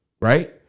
right